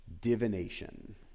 divination